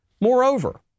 Moreover